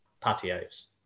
patios